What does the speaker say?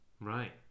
Right